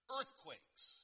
Earthquakes